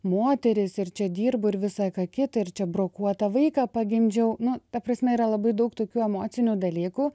moteris ir čia dirbu ir visai ką kitą ir čia brokuotą vaiką pagimdžiau nu ta prasme yra labai daug tokių emocinių dalykų